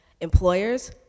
employers